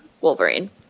wolverine